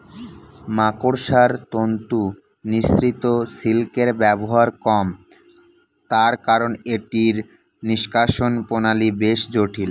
মাকড়সার তন্তু নিঃসৃত সিল্কের ব্যবহার কম, তার কারন এটির নিষ্কাশণ প্রণালী বেশ জটিল